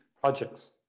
projects